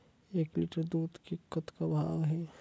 एक लिटर दूध के कतका भाव हे?